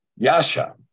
Yasha